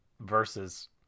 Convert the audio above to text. versus